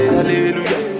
hallelujah